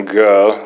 girl